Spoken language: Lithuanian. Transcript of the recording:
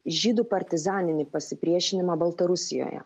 žydų partizaninį pasipriešinimą baltarusijoje